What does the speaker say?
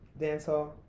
Dancehall